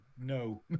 no